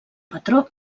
patró